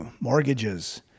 mortgages